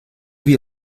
wir